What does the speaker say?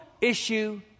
issue